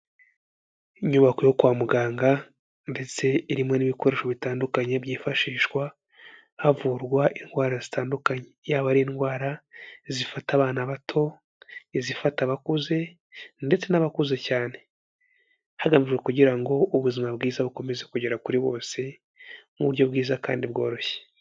Inyubako yo kwa muganga ndetse irimo n'ibikoresho bitandukanye byifashishwa havurwa indwara zitandukanye, yaba ari indwara zifata abana bato, izifata abakuze ndetse n'abakuze cyane. Hagamijwe kugira ngo ubuzima bwiza bukomeze kugera kuri bose nk'uburyo bwiza kandi bworoshye.